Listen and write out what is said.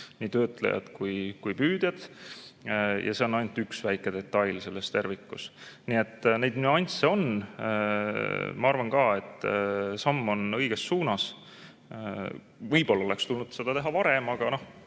nii töötlejad kui ka püüdjad, ja see on ainult üks väike detail selles tervikus. Nii et neid nüansse on. Ma arvan ka, et see on samm õiges suunas. Võib-olla oleks tulnud seda teha varem, aga seda